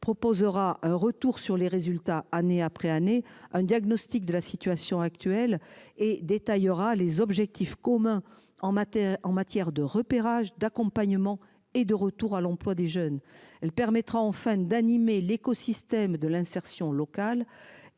proposera un retour sur les résultats, année après année un diagnostic de la situation actuelle et détaillera les objectifs communs en matière, en matière de repérage d'accompagnement et de retour à l'emploi des jeunes. Elle permettra enfin d'animer l'écosystème de l'insertion locale